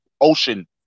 ocean